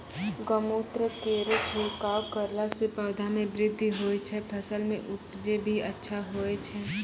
गौमूत्र केरो छिड़काव करला से पौधा मे बृद्धि होय छै फसल के उपजे भी अच्छा होय छै?